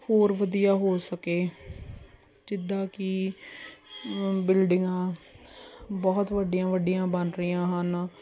ਹੋਰ ਵਧੀਆ ਹੋ ਸਕੇ ਜਿੱਦਾਂ ਕਿ ਬਿਲਡਿੰਗਾਂ ਬਹੁਤ ਵੱਡੀਆਂ ਵੱਡੀਆਂ ਬਣ ਰਹੀਆਂ ਹਨ